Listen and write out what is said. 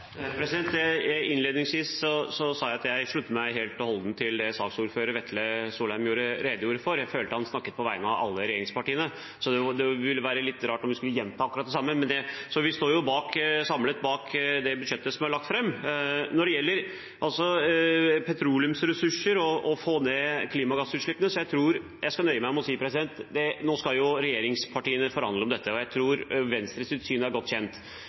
Innledningsvis sa jeg at jeg slutter med helt og holdent til det saksordføreren, Vetle Wang Soleim, redegjorde for, jeg følte at han snakket på vegne av alle regjeringspartiene, så det ville være litt rart om jeg skulle gjenta akkurat det samme. Vi står samlet bak det budsjettet som er lagt fram. Når det gjelder petroleumsressurser og det å få ned klimagassutslippene, skal jeg nøye meg med å si at nå skal regjeringspartiene forhandle om dette, og jeg tror Venstres syn er godt kjent.